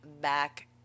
back